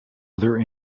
other